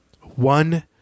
One